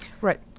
Right